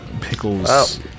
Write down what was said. pickles